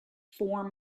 form